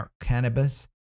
cannabis